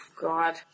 God